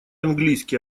английский